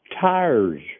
tires